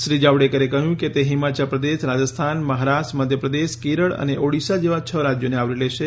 શ્રી જાવડેકરે કહ્યું કે તે હિમાચલ પ્રદેશ રાજસ્થાન મહારાષ્ટ્ર મધ્યપ્રદેશ કેરળ અને ઓડિશા જેવાં છ રાજ્યોને આવરી લેશે